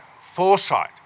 foresight